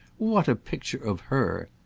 what a picture of her!